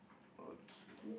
okay